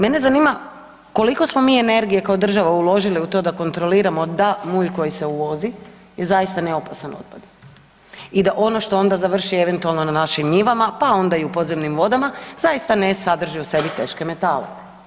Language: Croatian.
Mene zanima koliko smo mi energije kao država uložili u to da kontroliramo da mulj koji se uvozi je zaista ne opasan otpad i da ono što onda završi eventualno na našim njivama pa onda i u podzemnim vodama, zaista ne sadrži u sebi teške metale.